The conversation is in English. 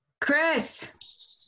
Chris